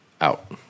out